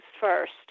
first